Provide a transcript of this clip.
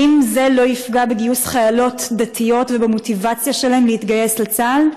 האם זה לא יפגע בגיוס חיילות דתיות ובמוטיבציה שלהן להתגייס לצה"ל?